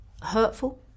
hurtful